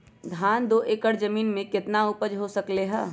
धान दो एकर जमीन में कितना उपज हो सकलेय ह?